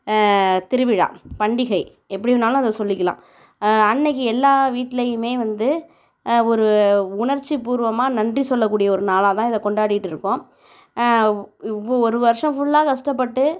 திருவிழா பண்டிகை எப்படி வேணாலும் அதை சொல்லிக்கலாம் அன்னிக்கு எல்லா வீட்லேயுமே வந்து ஒரு உணர்ச்சிப்பூர்வமாக நன்றி சொல்லக்கூடிய ஒரு நாளாக தான் இதை கொண்டாடிகிட்ருக்கோம் ஒரு வருஷம் ஃபுல்லாக கஷ்டப்பட்டு